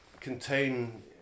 contain